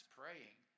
praying